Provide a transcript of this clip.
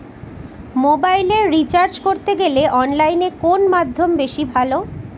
মোবাইলের রিচার্জ করতে গেলে অনলাইনে কোন মাধ্যম বেশি ভালো?